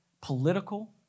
political